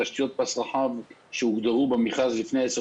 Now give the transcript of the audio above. תשתיות הפס הרחב שהוגדרו במכרז לפני עשר